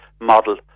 model